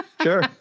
Sure